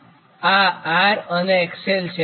આ R અને XL છે